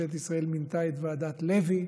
ממשלת ישראל מינתה את ועדת לוי,